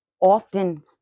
often